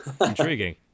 intriguing